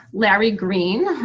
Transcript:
larry green,